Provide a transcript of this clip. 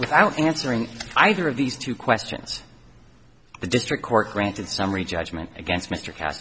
without answering either of these two questions the district court granted summary judgment against mr ca